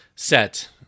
Set